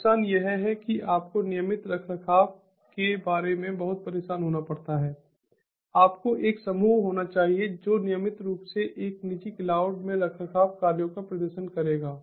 नुकसान यह है कि आपको नियमित रखरखाव के बारे में बहुत परेशान होना पड़ता है आपको एक समूह होना चाहिए जो नियमित रूप से एक निजी क्लाउड में रखरखाव कार्यों का प्रदर्शन करेगा